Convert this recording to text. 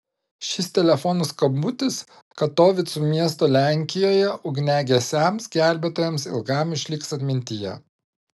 šis telefono skambutis katovicų miesto lenkijoje ugniagesiams gelbėtojams ilgam išliks atmintyje